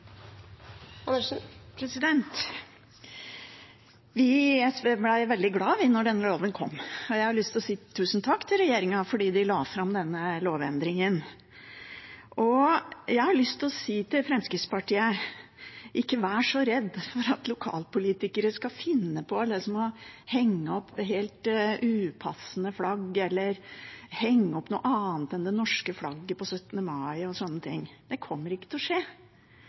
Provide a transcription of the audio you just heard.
sak. Vi i SV ble veldig glad da denne loven kom. Jeg har lyst til å si tusen takk til regjeringen fordi den la fram denne lovendringen, og jeg har lyst til å si til Fremskrittspartiet: Ikke vær så redd for at lokalpolitikere skal finne på å henge opp et helt upassende flagg, eller henge opp noe annet enn det norske flagget på 17. mai, osv. Det kommer ikke til å skje.